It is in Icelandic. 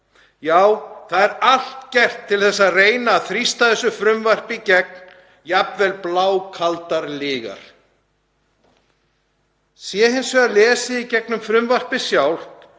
Það er allt gert til að reyna að þrýsta þessu frumvarpi í gegn, jafnvel blákaldar lygar. Sé hins vegar lesið í gegnum frumvarpið sjálft